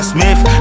Smith